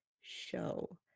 show